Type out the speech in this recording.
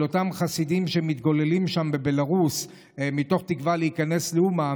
אותם חסידים שמתגוללים שם בבלארוס מתוך תקווה להיכנס לאומן,